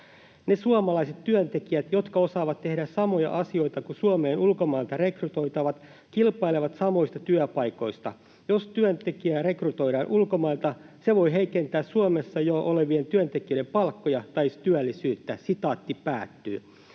”Ne suomalaiset työntekijät, jotka osaavat tehdä samoja asioita kuin Suomeen ulkomailta rekrytoitavat, kilpailevat samoista työpaikoista. Jos tällainen työntekijä rekrytoidaan ulkomailta, se voi heikentää Suomessa jo olevien työntekijöiden palkkoja tai työllisyyttä.” Hallitus